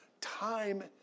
time